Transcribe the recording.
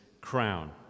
crown